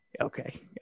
okay